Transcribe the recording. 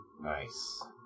Nice